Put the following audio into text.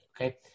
okay